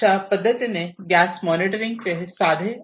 अशा पद्धतीने गॅस मॉनिटरिंगचे हे साधे आणि सरळ एप्लिकेशन आहे